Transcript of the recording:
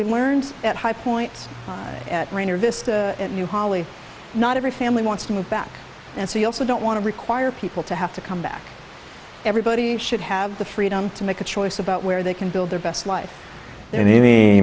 we learned at high points at rainer vista you holly not every family wants to move back and so you also don't want to require people to have to come back everybody should have the freedom to make a choice about where they can build their best life then any